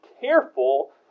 careful